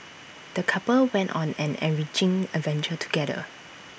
the couple went on an enriching adventure together